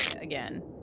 again